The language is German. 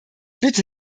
bitte